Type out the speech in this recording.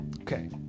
okay